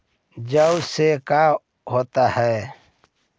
जौ से का होता है?